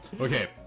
Okay